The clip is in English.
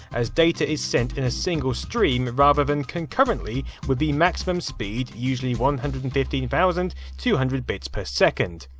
as data is sent in a single stream, rather than concurrently with the maximum speed usually one hundred and fifteen thousand two hundred bits per second.